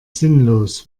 sinnlos